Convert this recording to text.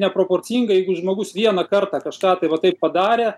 neproporcinga jeigu žmogus vieną kartą kažką tai va taip padarė